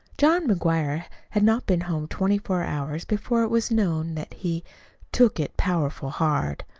john mcguire had not been home twenty-four hours before it was known that he took it powerful hard.